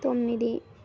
తొమ్మిది